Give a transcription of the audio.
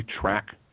track